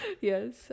yes